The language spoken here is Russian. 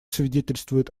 свидетельствует